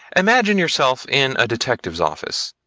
imagine yourself in a detective's office.